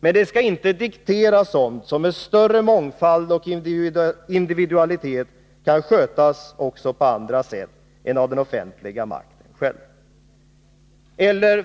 Men den skall inte diktera sådant som med större mångfald och individualitet kan skötas också på andra sätt än av den offentliga makten själv.